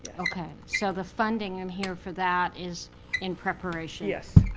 ok, so the funding in here for that is in preparation? yes.